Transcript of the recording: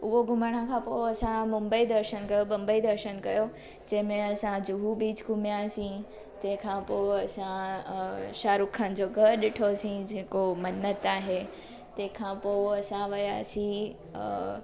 उहो घुमण पोइ असां मुंबई दर्शन कयो बंबई दर्शन कयो जंहिंमें असां जुहू बीच घुमियासीं तंहिंखां पोइ असां अ शाहरुख खान जो घरु ॾिठो असीं जेको मन्नत आहे तंहिंखां पोइ असां वियासीं अ